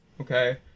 okay